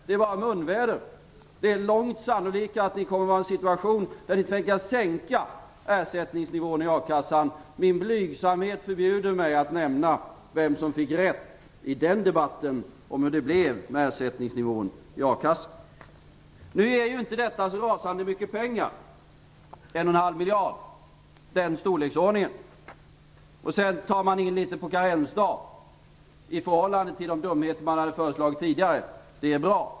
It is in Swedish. Det är bara munväder. Det är långt sannolikare att ni kommer att vara i en situation där ni tvingas sänka ersättningsnivån i a-kassan. Min blygsamhet förbjuder mig att nämna vem i den debatten som fick rätt i fråga om hur det blev med ersättningsnivån i a-kassan. Nu är detta inte så rasande mycket pengar; i storleksordningen 1,5 miljarder. Sedan tar man in litet på karensdagen. I förhållande till de dumheter man hade föreslagit tidigare är det bra.